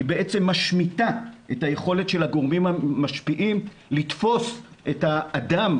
היא בעצם משמיטה את היכולת של הגורמים המשפיעים לתפוס את האדם,